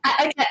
Okay